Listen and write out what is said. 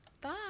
Bye